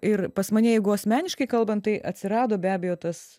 ir pas mane jeigu asmeniškai kalbant tai atsirado be abejo tas